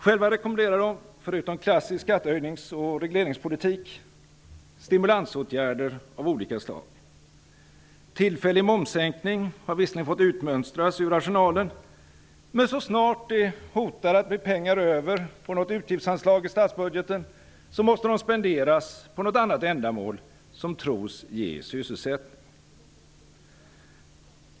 Själva rekommenderar de -- förutom klassisk skattehöjnings och regleringspolitik -- stimulansåtgärder av olika slag. Tillfällig momssänkning har visserligen fått utmönstras ur arsenalen, men så snart det hotar att bli pengar över på något utgiftsanslag i statsbudgeten måste de spenderas på något annat ändamål som tros ge sysselsättning.